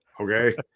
okay